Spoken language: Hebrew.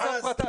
איזו הפרטה?